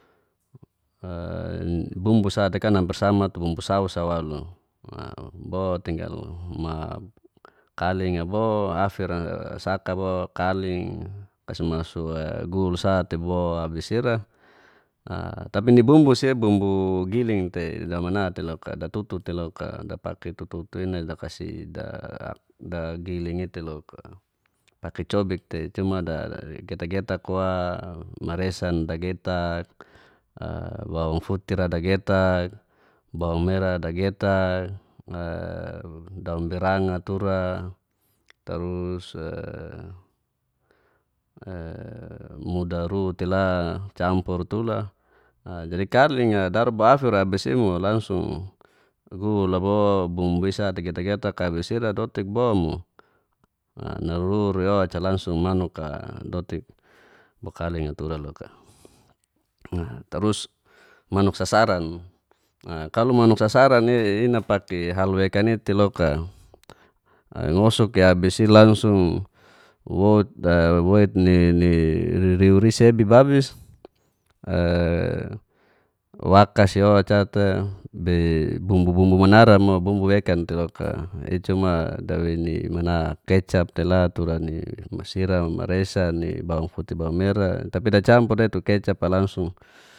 Bumbu sate kan ampir sama sama tu bumbu sausa walu bo tinggal ma kaling'a bo afira saka bo kaling kasmasu gul sati bo abis ira tapi nu bumbu si bubmbu giling tei dama mna tei loka datutu tei loka dapaki giling itei loka dapaki cobik tei cuma da getak getak wa maresan dagetak, bawang mera dagetak, daun biranga tura tarus muda ru tela campur tula kaling daru bo afira abis imo langsung gul'a bo bumbu'i getak getak abis'i dotik bo mo naru'i oca langsung manuk'a dotik bo kaling'a tura loka tarus manuk sasaran, kalo manuk sasar'i inapaki hal wekai i'tei loka ngosuk'i abis ilangsung daweit ni ririur isebi babis wakas'i o'ca te bei bumbu bumbu manara mo bumbu wekan tei loka icuman dawei ni kecap tela tur ni masira, maresan, bawang futi, bawang mera tapi dacampur dei tu kecap langsung.